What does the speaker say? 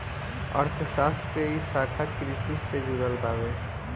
अर्थशास्त्र के इ शाखा कृषि से जुड़ल बावे